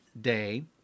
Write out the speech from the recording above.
day